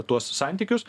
tuos santykius